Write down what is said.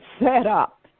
setup